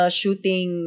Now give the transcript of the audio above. shooting